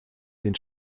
den